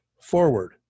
forward